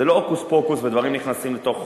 זה לא הוקוס-פוקוס, ודברים נכנסים לתוך חוק.